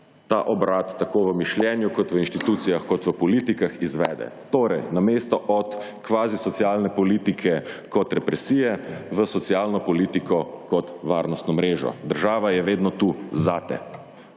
ta obrat tako v mišljenju kot v institucijah kot v politikah izvede, torej namesto od kvazi-socialne politike kot represije v socialno politiko kot varnostno mrežo. Država je vedno tu zate,